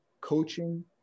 coaching